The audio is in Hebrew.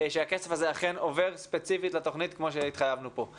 שהכסף הזה אכן עובר ספציפית לתוכנית כמו שהתחייבנו פה.